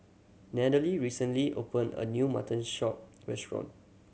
Natalee recently opened a new mutton shop restaurant